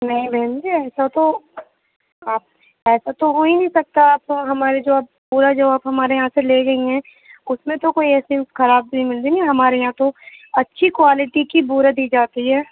نہیں بہن جی ایسا تو آپ ایسا تو ہو ہی نہیں سکتا آپ ہمارے جو آپ بورا جو آپ ہمارے یھاں سے لے گئی ہیں اُس میں تو کوئی ایسی خرابی نہیں ہے ہمارے یہاں تو اچھی کوالٹی کی بورا دی جاتی ہے